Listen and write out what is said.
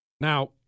Now